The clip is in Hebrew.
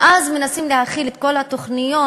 ואז מנסים להחיל את כל התוכניות,